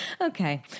Okay